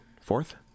Fourth